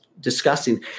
disgusting